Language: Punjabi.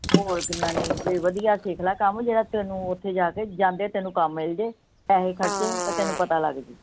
ਹੋਰ ਕਿੰਨਾ ਨੀ ਵੀ ਵਧੀਆ ਸਿੱਖ ਲਾ ਕੰਮ ਜਿਹੜਾ ਤੈਨੂੰ ਉੱਥੇ ਜਾ ਕੇ ਜਾਂਦੇ ਤੈਨੂੰ ਕੰਮ ਮਿਲ ਜੇ ਪੈਸੇ ਖਰਚੇ ਅਤੇ ਤੈਨੂੰ ਪਤਾ ਲੱਗ ਜੇ